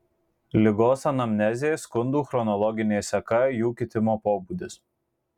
ligos anamnezė skundų chronologinė seka jų kitimo pobūdis